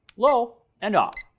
low, and off.